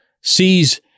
sees